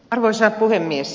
arvoisa puhemies